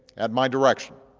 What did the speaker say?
at my direction,